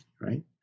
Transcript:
right